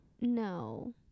No